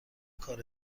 کار